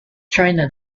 china